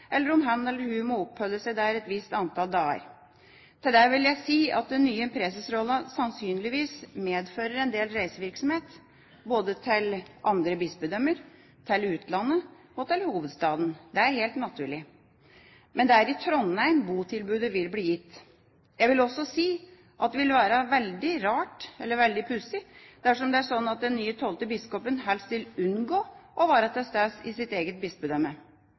eller hun kommer innom en dag i uka, eller om han eller hun må oppholde seg der et visst antall dager. Til det vil jeg si at den nye presesrollen sannsynligvis medfører en del reisevirksomhet både til andre bispedømmer, til utlandet og til hovedstaden. Det er helt naturlig. Men det er i Trondheim botilbudet vil bli gitt. Jeg vil også si at det vil være veldig rart, eller veldig pussig, dersom det er slik at den nye tolvte biskopen helst vil unngå å være til stede i sitt eget bispedømme.